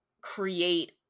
create